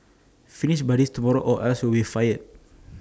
finish this by tomorrow or else you'll be fired